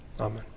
Amen